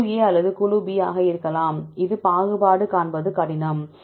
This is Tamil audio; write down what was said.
குழு A அல்லது குழு B ஆக இருக்கலாம் இது பாகுபாடு காண்பது கடினம்